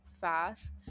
fast